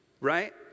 right